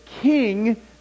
king